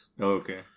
Okay